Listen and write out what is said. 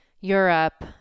Europe